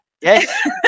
Yes